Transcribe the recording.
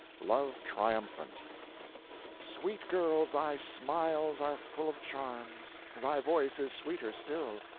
love triumphant sweet girl, thy smiles are full of charms, thy voice is sweeter still,